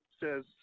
says